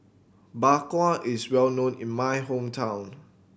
Bak Kwa is well known in my hometown